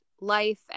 life